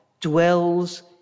dwells